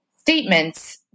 statements